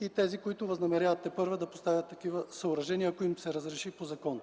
и тези, които възнамеряват тепърва да поставят такива съоръжения, ако им се разреши по закон.